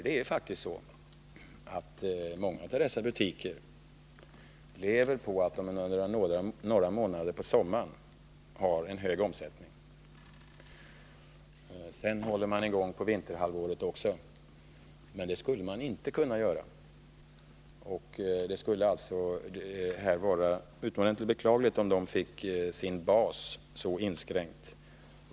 Det är faktiskt så att många av dessa butiker lever på att de under några månader på sommaren har en hög omsättning. Sedan håller man i gång under vinterhalvåret också. men det skulle man inte kunna göra, om inte omsättningen under sommaren var så hög. Det skulle vara utomordentligt beklagligt om dessa affärer fick sin bas så inskränkt.